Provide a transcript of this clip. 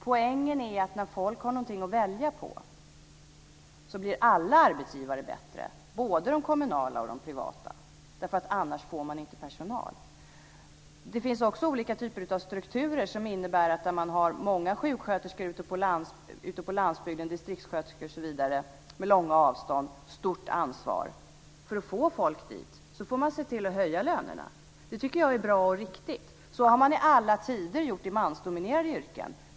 Poängen är att när folk har någonting att välja på så blir alla arbetsgivare bättre, både de kommunala och de privata. Annars får man inte personal. Det finns också olika typer av strukturer. Ute på landsbygden finns det distriktssköterskor osv. Där är det långa avstånd, och det är ett stort ansvar. För att få folk dit får man se till att höja lönerna. Det tycker jag är bra och riktigt. Så har man i alla tider gjort i mansdominerade yrken.